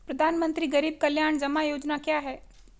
प्रधानमंत्री गरीब कल्याण जमा योजना क्या है?